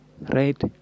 right